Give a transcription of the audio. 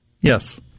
Yes